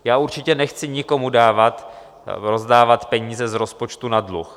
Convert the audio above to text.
Já určitě nechci nikomu rozdávat peníze z rozpočtu na dluh.